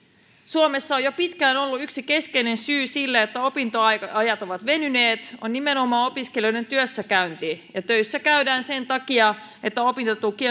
suomessa jo pitkään yksi keskeinen syy sille että opintoajat ovat venyneet on ollut nimenomaan opiskelijoiden työssäkäynti ja töissä käydään sen takia että opintotuki